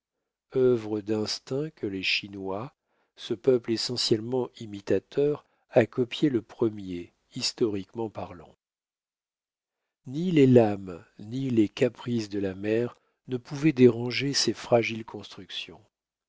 œuvre d'instinct que les chinois ce peuple essentiellement imitateur a copiée le premier historiquement parlant ni les lames ni les caprices de la mer ne pouvaient déranger ces fragiles constructions